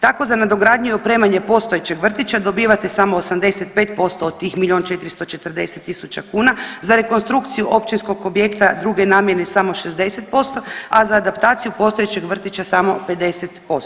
Tako za nadogradnju i opremanje postojećeg vrtića dobivate samo 85% od tih milion 440 tisuća kuna, za rekonstrukciju općinskog objekta druge namjene samo 60%, a za adaptaciju postojećeg vrtića samo 50%